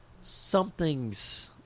something's